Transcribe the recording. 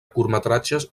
curtmetratges